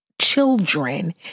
children